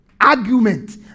argument